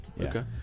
Okay